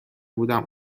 بودم